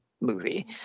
movie